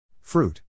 Fruit